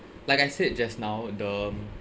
like I said just now the